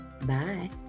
Bye